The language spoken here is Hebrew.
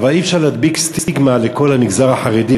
אבל אי-אפשר להדביק סטיגמה לכל המגזר החרדי.